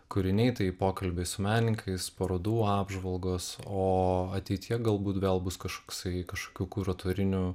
kūriniai tai pokalbiai su menininkais parodų apžvalgos o ateityje galbūt vėl bus kažkoksai kažkokių kuratorinių